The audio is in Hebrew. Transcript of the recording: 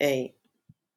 a \displaystyle